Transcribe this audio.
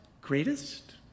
greatest